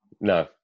No